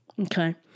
Okay